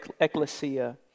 ecclesia